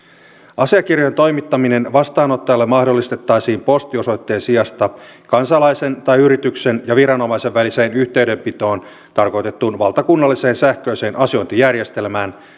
asiakirjojen toimittaminen vastaanottajalle mahdollistettaisiin postiosoitteen sijasta kansalaisen tai yrityksen ja viranomaisen väliseen yhteydenpitoon tarkoitettuun valtakunnalliseen sähköiseen asiointijärjestelmään